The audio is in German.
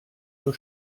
zur